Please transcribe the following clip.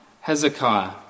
Hezekiah